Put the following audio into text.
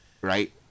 right